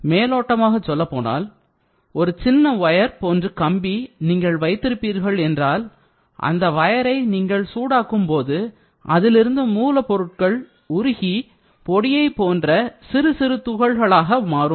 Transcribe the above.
மேலோட்டமாக சொல்லபோனால் ஒரு சின்ன வயர் போன்று கம்பி நீங்கள் வைத்திருப்பீர்கள் என்றால் அந்த வயரை நீங்கள் சூடாக்கும்போது அதிலிருக்கும் மூலப்பொருட்கள் உருகி பொடியைப் போன்ற சிறுசிறு துளிகளாக மாறும்